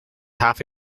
half